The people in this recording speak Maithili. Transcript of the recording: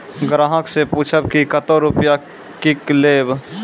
ग्राहक से पूछब की कतो रुपिया किकलेब?